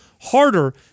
harder